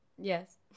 Yes